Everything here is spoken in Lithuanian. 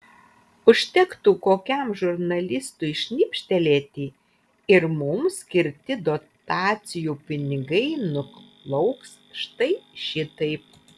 užtektų kokiam žurnalistui šnipštelėti ir mums skirti dotacijų pinigai nuplauks štai šitaip